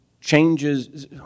Changes